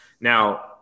Now